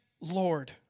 Lord